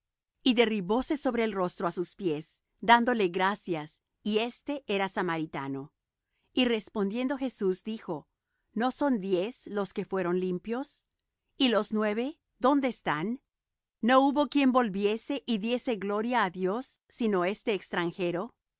y derribóse sobre el rostro á sus pies dándole gracias y éste era samaritano y respondiendo jesús dijo no son diez los que fueron limpios y los nueve dónde están no hubo quien volviese y diese gloria á dios sino este extranjero